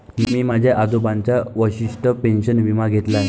मी माझ्या आजोबांचा वशिष्ठ पेन्शन विमा घेतला आहे